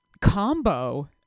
combo